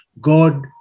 God